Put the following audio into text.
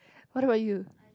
what about you